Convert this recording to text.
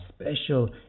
special